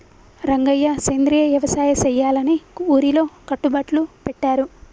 రంగయ్య సెంద్రియ యవసాయ సెయ్యాలని ఊరిలో కట్టుబట్లు పెట్టారు